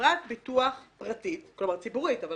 חברת ביטוח פרטית ציבורית אבל